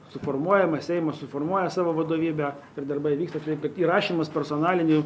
suformuojama seimas suformuoja savo vadovybę ir darbai vyksta taip kad įrašymas personalinių